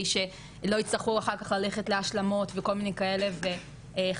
שלא יצטרכו אחר כך ללכת להשלמות וכל מיני כאלה וחקירה.